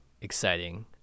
exciting